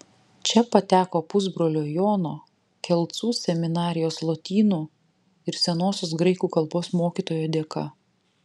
čia pateko pusbrolio jono kelcų seminarijos lotynų ir senosios graikų kalbos mokytojo dėka